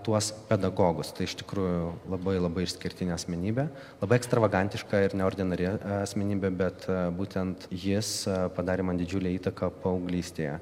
tuos pedagogus tai iš tikrųjų labai labai išskirtinė asmenybė labai ekstravagantiška ir neordinari asmenybė bet būtent jis padarė man didžiulę įtaką paauglystėje